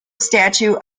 statue